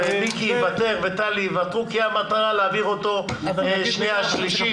מיקי וטלי יוותרו כי המטרה להעביר אותו בקריאה שנייה ושלישית.